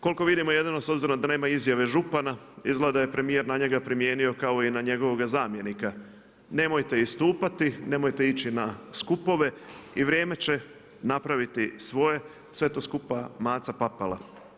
Koliko vidimo jedino s obzirom da nema izjave župana, izgleda da je premijer na njega primijenio kao i na njegovoga zamjenika, nemojte istupati, nemojte ići na skupove i vrijeme će napraviti svoje, sve to skupa maca papala.